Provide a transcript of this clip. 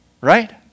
Right